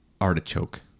Artichoke